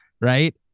Right